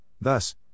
thus